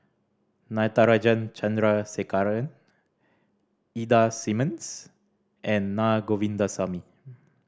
Natarajan Chandrasekaran Ida Simmons and Na Govindasamy